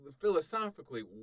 philosophically